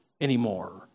anymore